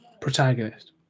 protagonist